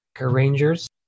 Rangers